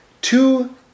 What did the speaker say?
two